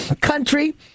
country